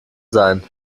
sein